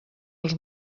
els